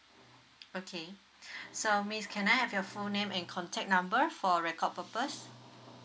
okay so miss can I have your full name and contact number for record purpose